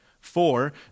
Four